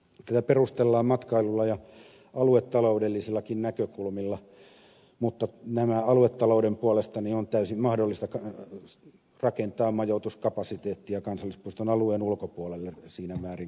tätä perustellaan matkailulla ja aluetaloudellisillakin näkökulmilla mutta aluetalouden puolesta on täysin mahdollista rakentaa majoituskapasiteettia kansallispuiston alueen ulkopuolelle siinä määrin kuin tarvitaan